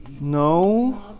no